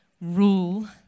rule